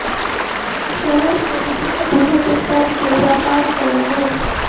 शहर में विभिन्न दूधक उत्पाद के व्यापार कयल गेल